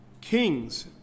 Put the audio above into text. kings